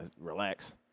Relax